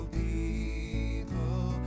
people